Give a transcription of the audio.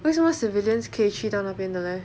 为什么 civilians 可以去到那边的 leh